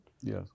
Yes